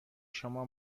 شما